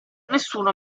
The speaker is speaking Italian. nessuno